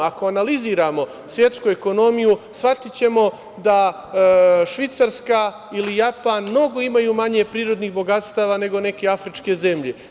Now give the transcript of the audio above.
Ako analiziramo svetsku ekonomiju shvatićemo da Švajcarska ili Japan mnogo imaju manje prirodnih bogatstava nego neke afričke zemlje.